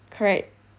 correct